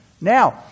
Now